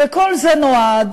וכל זה נועד